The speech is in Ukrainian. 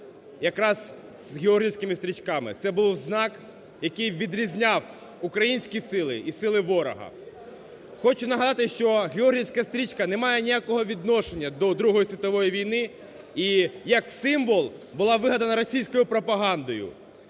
якраз з георгіївськими стрічками. Це був знак, який відрізняв українські сили і сили ворога. Хочу нагадати, що георгіївська стрічка не має ніякого відношення до Другої світової війни і як символ була вигадана російською пропагандою.